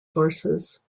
sources